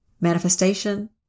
manifestation